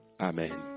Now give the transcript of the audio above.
Amen